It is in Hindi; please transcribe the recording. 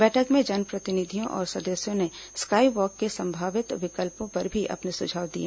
बैठक में जनप्रतिनिधियों और सदस्यों ने स्काई वॉक के संभावित विकल्पों पर भी अपने सुझाव दिए